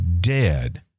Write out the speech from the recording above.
dead